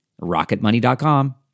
Rocketmoney.com